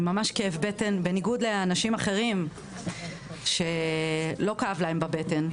עם ממש כאב בטן בניגוד לאנשים אחרים שלא כאב להם בבטן,